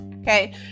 okay